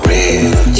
Real